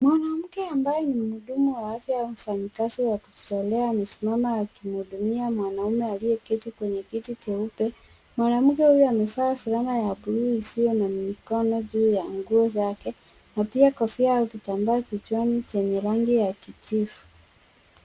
Mwanamke ambaye ni mhudumu wa afya au mfanyikazi wa kujitolea amesimama akimhudumia mwanamume aliyeketi kwenye kiti cheupe. Mwanamke huyu amevaa fulana ya buluu isiyokuwa na mikono juu yake na pia kofia au kitambaa kichwani chenye rangi ya kijivu.